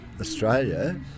Australia